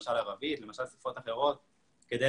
חושב שכשאנחנו מדברים על ערבית ופרסית במדינות האלה אין